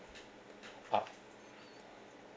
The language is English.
ah